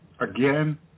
again